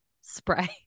Spray